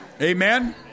Amen